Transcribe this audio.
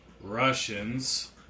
Russians